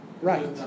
Right